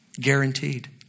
Guaranteed